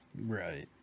Right